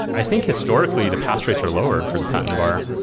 i think, historically, the pass rates are lower for the patent bar.